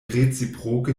reciproke